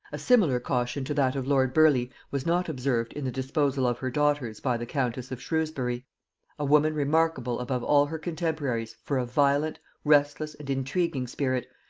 a similar caution to that of lord burleigh was not observed in the disposal of her daughters by the countess of shrewsbury a woman remarkable above all her contemporaries for a violent, restless and intriguing spirit,